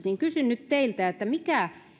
niin kysyn nyt teiltä mikä